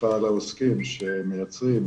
אכיפה על העוסקים שמייצרים,